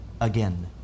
again